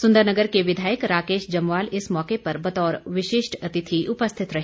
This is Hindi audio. सुंदननगर के विधायक राकेश जमवाल इस मौके पर बतौर विशिष्ट अतिथि उपस्थित रहे